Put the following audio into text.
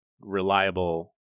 reliable